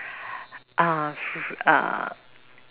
uh f~